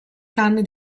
canne